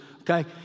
Okay